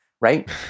right